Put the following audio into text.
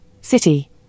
city